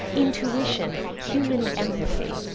intuition, human empathy.